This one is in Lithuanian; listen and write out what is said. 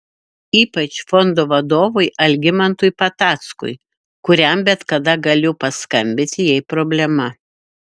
ypač fondo vadovui algimantui patackui kuriam bet kada galiu paskambinti jei problema